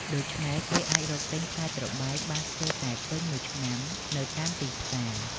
ដូច្នេះ គេអាចរកទិញផ្លែត្របែកបានស្ទើរតែពេញមួយឆ្នាំនៅតាមទីផ្សារ។